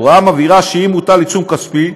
ההוראה המבהירה שאם מוטל עיצום כספי,